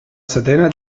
setena